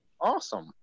Awesome